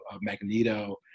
Magneto